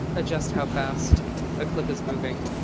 adjust how fast a clip is moving.